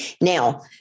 Now